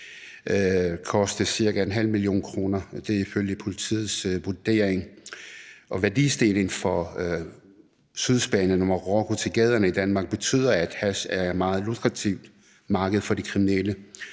være ca. 0,5 mio. kr. – det er ifølge politiets vurdering. Og værdistigningen fra Sydspanien og Marokko til gaderne i Danmark betyder, at hash er et meget lukrativt marked for de kriminelle,